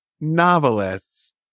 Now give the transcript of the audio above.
novelists